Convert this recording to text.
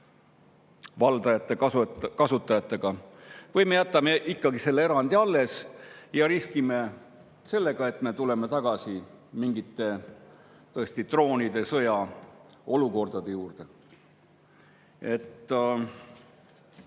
valdajate, kasutajatega, või me jätame selle erandi alles ja riskime sellega, et me tuleme tagasi mingi "Troonide sõja" olukorra juurde. On